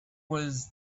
was